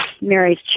Mary's